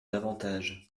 davantage